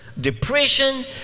Depression